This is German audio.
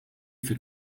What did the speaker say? für